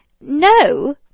No